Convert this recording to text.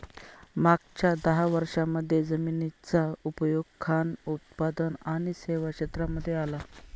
मागच्या दहा वर्षांमध्ये जमिनीचा उपयोग खान उत्पादक आणि सेवा क्षेत्रांमध्ये आला